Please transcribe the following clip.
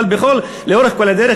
אבל לאורך כל הדרך,